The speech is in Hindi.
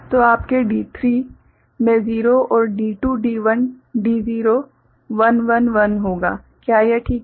तो आपके D3 में 0 और D2 D1 D0 111 होगा क्या यह ठीक है